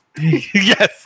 Yes